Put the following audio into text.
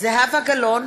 זהבה גלאון,